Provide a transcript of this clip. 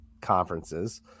conferences